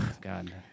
God